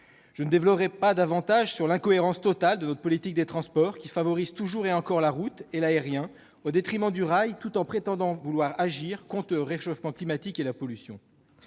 Je ne développerai pas davantage l'incohérence totale de notre politique des transports, qui favorise encore et toujours la route et l'aérien au détriment du rail tout en prétendant vouloir agir contre le réchauffement climatique et la pollution.